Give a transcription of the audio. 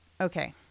Okay